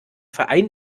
verein